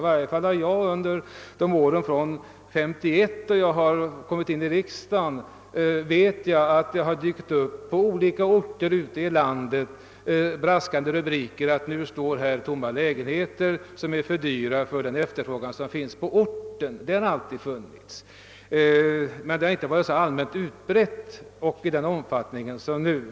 I varje fall har jag under åren fr.o.m. 1951 då jag kom in i riksdagen vetat att det på olika orter ute i landet dykt upp braskande rubriker att här står tomma lägenheter som är för dyra för den bostadsefterfrågan som finns på orten. Det har alltid funnits tomma lägenheter, men det har inte varit så allmänt utbrett och förekommit i så stor omfattning som nu.